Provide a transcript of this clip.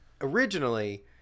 originally